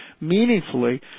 meaningfully